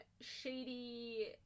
shady